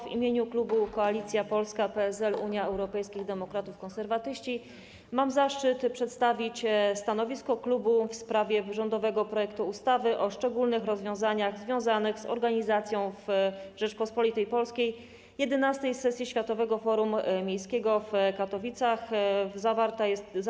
W imieniu klubu Koalicja Polska - PSL, Unia Europejskich Demokratów, Konserwatyści mam zaszczyt przedstawić stanowisko klubu w sprawie rządowego projektu ustawy o szczególnych rozwiązaniach związanych z organizacją w Rzeczypospolitej Polskiej XI sesji Światowego Forum Miejskiego w Katowicach w roku 2022.